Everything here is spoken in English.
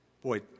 Boy